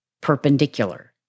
perpendicular